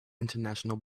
international